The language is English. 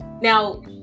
Now